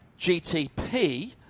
GTP